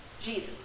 Jesus